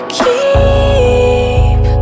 keep